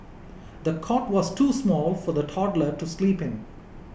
the cot was too small for the toddler to sleep in